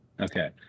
Okay